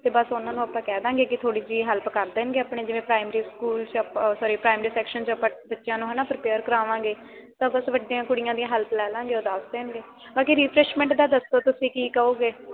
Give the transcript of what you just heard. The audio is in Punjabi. ਅਤੇ ਬਸ ਉਹਨਾਂ ਨੂੰ ਆਪਾਂ ਕਹਿ ਦੇਵਾਂਗੇ ਕਿ ਥੋੜ੍ਹੀ ਜਿਹੀ ਹੈਲਪ ਕਰ ਦੇਣਗੇ ਆਪਣੇ ਜਿਵੇਂ ਪ੍ਰਾਈਮਰੀ ਸਕੂਲ 'ਚ ਆਪਾਂ ਸੋਰੀ ਪ੍ਰਾਈਮਰੀ ਸੈਕਸ਼ਨ 'ਚ ਆਪਾਂ ਬੱਚਿਆਂ ਨੂੰ ਹੈ ਨਾ ਪ੍ਰਪੇਅਰ ਕਰਾਵਾਂਗੇ ਤਾਂ ਬਸ ਵੱਡੀਆਂ ਕੁੜੀਆਂ ਦੀਆਂ ਹੈਲਪ ਲੈ ਲਵਾਂਗੇ ਉਹ ਦੱਸ ਦੇਣਗੇ ਬਾਕੀ ਰੀਫਰੈਸ਼ਮੈਂਟ ਦਾ ਦੱਸੋ ਤੁਸੀਂ ਕੀ ਕਹੋਗੇ